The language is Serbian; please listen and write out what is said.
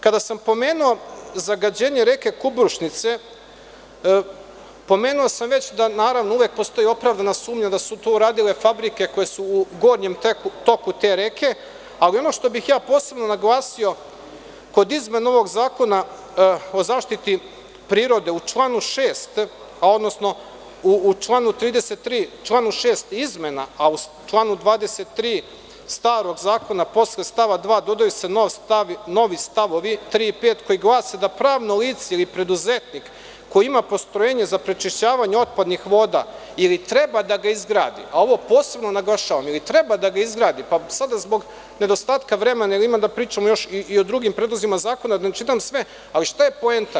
Kada sam pomenuo zagađenje reke Kubršnice, pomenuo sam, naravno, uvek postoji opravdana sumnja da su to uradili fabrike koje su u gornjem toku te reke, ali ono što bih ja posebno naglasio kod izmene ovog Zakona o zaštiti prirode u članu 6. odnosno u članu 33. članu 6. izmena, a u članu 23. starog zakona posle stava 2. dodaju se novi stavovi 3. i 5. koji glase – da pravno lice ili preduzetnik koji ima postrojenje za prečišćavanje otpadnih voda ili treba da ga izgradi, a ovo posebno naglašavam, ili treba da ga izgradi, pa sada zbog nedostatka vremena, jer imamo da pričamo i o drugim predlozima zakon i da ne čitam sve, ali šta je poenta.